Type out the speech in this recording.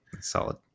solid